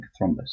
thrombus